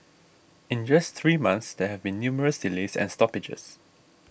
in just three months there have been numerous delays and stoppages